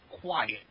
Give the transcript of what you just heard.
quiet